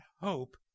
hope